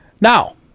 Now